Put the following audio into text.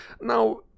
Now